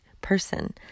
person